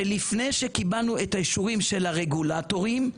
שלפני שקיבלנו את האישורים של הרגולטורים,